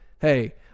Hey